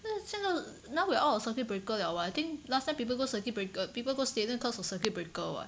那这个 now we're out of circuit breaker liao [what] I think last time people go circuit breaker people go stadium cause of circuit breaker [what]